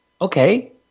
okay